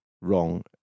wrong